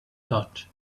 thought